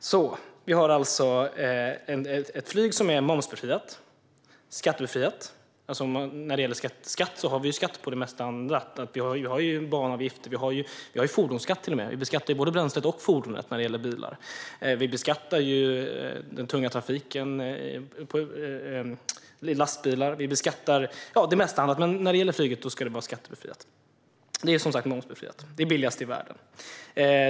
Flyget är momsbefriat, skattebefriat. Vi har ju skatt på det mesta annat - vi har banavgifter, och när det gäller bilar beskattar vi både bränslet och fordonet. Vi beskattar den tunga trafiken. Vi beskattar det mesta annat, men flyget ska alltså vara skattebefriat. Det är som sagt momsbefriat och billigast i världen.